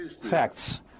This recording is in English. facts